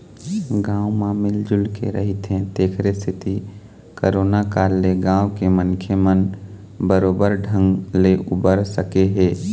गाँव म मिल जुलके रहिथे तेखरे सेती करोना काल ले गाँव के मनखे मन बरोबर ढंग ले उबर सके हे